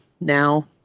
now